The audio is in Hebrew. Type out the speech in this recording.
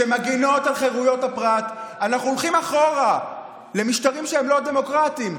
שמגינות על חירויות הפרט אנחנו הולכים אחורה למשטרים שהם לא דמוקרטיים.